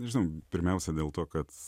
nežinau pirmiausia dėl to kad